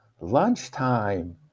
lunchtime